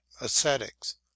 ascetics